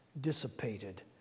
dissipated